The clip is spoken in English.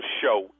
show